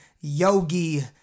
Yogi